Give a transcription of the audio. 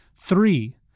Three